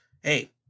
Hey